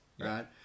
right